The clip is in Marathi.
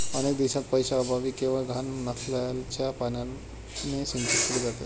अनेक देशांत पैशाअभावी केवळ घाण नाल्याच्या पाण्याने सिंचन केले जाते